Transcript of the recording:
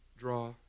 draw